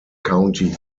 county